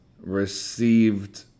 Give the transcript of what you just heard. received